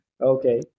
Okay